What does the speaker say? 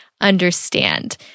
understand